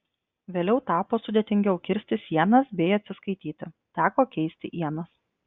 vėliau tapo sudėtingiau kirsti sienas bei atsiskaityti teko keisti ienas